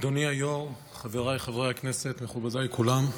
אדוני היו"ר, חבריי חברי הכנסת, מכובדיי כולם,